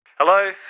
Hello